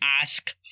ask